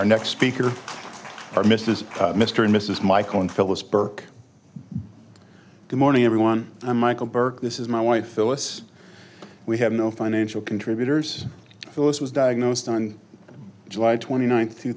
our next speaker or mrs mr and mrs michael and phyllis burke good morning everyone i'm michael burke this is my wife phyllis we have no financial contributors who was diagnosed on july twenty ninth two